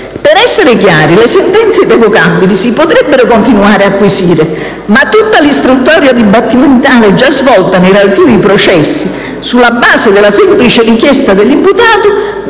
Per essere chiari, le sentenze irrevocabili si potrebbero continuare ad acquisire, ma tutta l'istruttoria dibattimentale già svolta nei relativi processi, sulla base della semplice richiesta dell'imputato